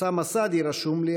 אוסאמה סעדי רשום לי,